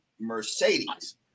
mercedes